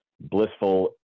blissful